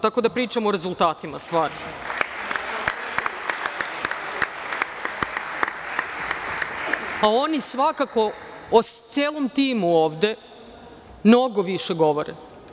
Tako da pričamo o rezultatima stvarnim, a oni svakako o celom timu ovde mnogo više govore.